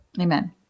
amen